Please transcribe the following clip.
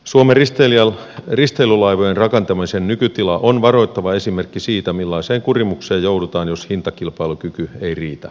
suomen risteilylaivojen rakentamisen nykytila on varoittava esimerkki siitä millaiseen kurimukseen joudutaan jos hintakilpailukyky ei riitä